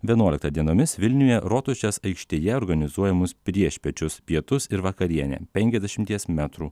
vienuolika dienomis vilniuje rotušės aikštėje organizuojamus priešpiečius pietus ir vakarienę penkiasdešimties metrų